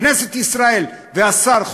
כנסת ישראל והשר,